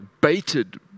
baited